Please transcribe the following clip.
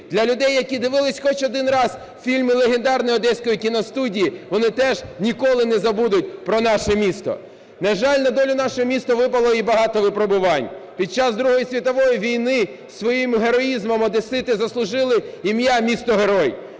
Для людей, які дивилися хоч один раз фільми легендарної Одеської кіностудії, вони теж ніколи не забудуть про наше місто. На жаль, на долю нашого міста випало і багато випробувань. Під час Другої світової війни своїм героїзмом одесити заслужили ім'я місто-герой.